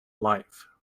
life